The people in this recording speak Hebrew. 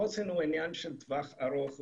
חוסן הוא עניין של טווח ארוך,